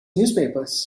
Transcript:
newspapers